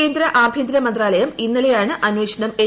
കേന്ദ്ര ആഭ്യന്തര മന്ത്രാലയം ഇന്നലെയാണ് അന്വേഷണം എൻ